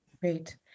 Great